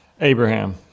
Abraham